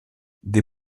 des